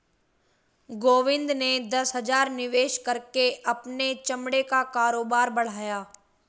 गोविंद ने दस हजार निवेश करके अपना चमड़े का कारोबार बढ़ाया